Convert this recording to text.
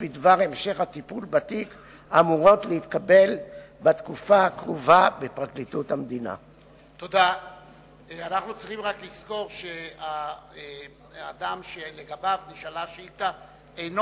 1. האם בוצע השימוע?